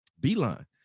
Beeline